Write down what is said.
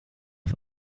auf